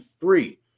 three